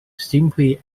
simply